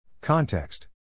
Context